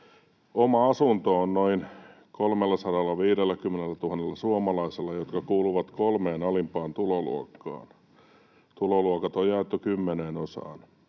”Oma asunto on noin 350 000 suomalaisella, jotka kuuluvat kolmeen alimpaan tuloluokkaan. Tuloluokat on jaettu kymmeneen osaan.